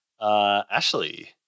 Ashley